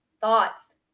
thoughts